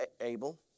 Abel